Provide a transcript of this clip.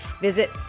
Visit